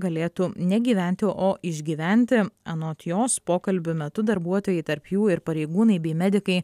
galėtų ne gyventi o išgyventi anot jos pokalbių metu darbuotojai tarp jų ir pareigūnai bei medikai